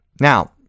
Now